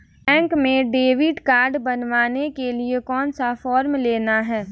Bank में debit card बनवाने के लिए कौन सा फॉर्म लेना है?